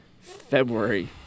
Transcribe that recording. February